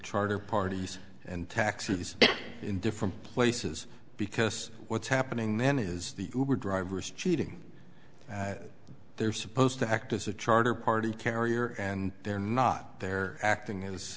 charter parties and taxis in different places because what's happening then is the drivers cheating and they're supposed to act as a charter party carrier and they're not they're acting